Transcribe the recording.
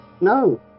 No